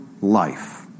life